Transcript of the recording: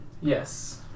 Yes